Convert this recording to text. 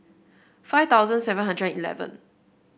five thousand seven hundred eleven